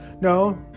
No